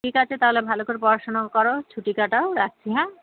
ঠিক আছে তাহলে ভালো করে পড়াশুনো করো ছুটি কাটাও রাখছি হ্যাঁ